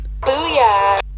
Booyah